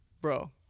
Bro